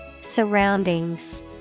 Surroundings